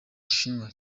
bushinwa